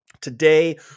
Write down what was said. Today